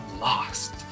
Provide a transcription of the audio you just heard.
lost